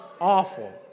awful